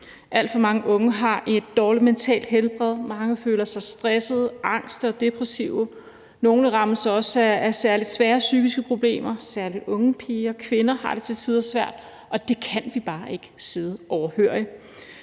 Alt for mange unge har et dårligt mentalt helbred, mange føler sig stressede, angste og depressive, nogle rammes også af særlig svære psykiske problemer, særlig unge piger og kvinder har det til tider svært, og det kan vi bare ikke sidde overhørig.